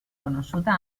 conosciuta